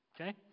Okay